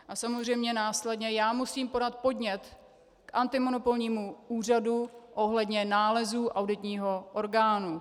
A samozřejmě následně já musím podat podnět k antimonopolnímu úřadu ohledně nálezů auditního orgánu.